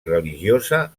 religiosa